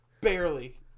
Barely